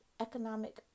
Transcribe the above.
economic